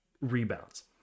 rebounds